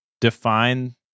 define